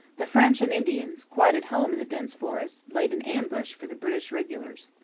the french and indians, quite at home in the dense forest, laid an ambush for the british regulars.